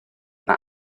mae